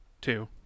two